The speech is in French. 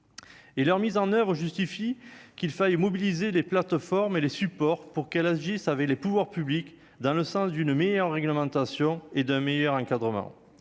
Et leur mise en oeuvre, justifie qu'il faille mobiliser les plateformes et les supports pour qu'elle agisse avait les pouvoirs publics dans le sens d'une meilleure réglementation et d'un meilleur encadrement